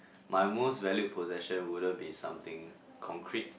my most valued possession wouldn't be something concrete